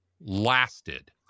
lasted